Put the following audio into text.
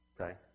Okay